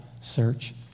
search